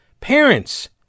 parents